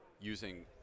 using